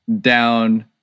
down